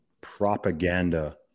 propaganda